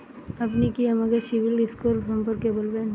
আপনি কি আমাকে সিবিল স্কোর সম্পর্কে বলবেন?